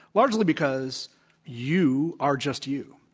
largely because you are just you,